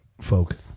folk